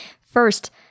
first